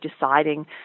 deciding